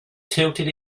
tilted